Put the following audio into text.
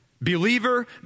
Believer